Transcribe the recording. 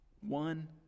one